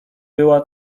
była